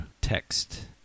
text